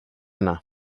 yna